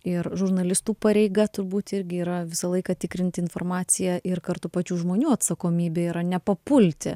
ir žurnalistų pareiga turbūt irgi yra visą laiką tikrinti informaciją ir kartu pačių žmonių atsakomybė yra nepapulti